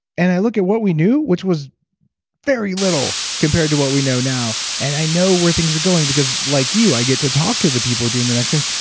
and i look at what we knew which was very little compared to what we know now and i know where things are going because like you i get to talk to the people doing the next things.